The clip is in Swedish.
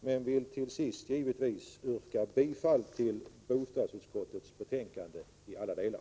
Jag vill till sist givetvis yrka bifall till bostadsutskottets hemställan i alla delar.